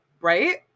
Right